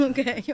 Okay